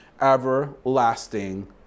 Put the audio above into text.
everlasting